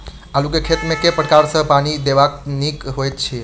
आलु केँ खेत मे केँ प्रकार सँ पानि देबाक नीक होइ छै?